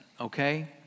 Okay